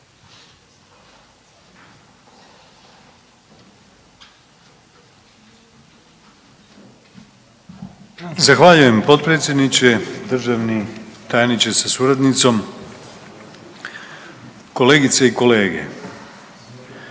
Zahvaljujem potpredsjedniče. Državni tajniče sa suradnicom, kolegice i kolege.